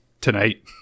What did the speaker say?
tonight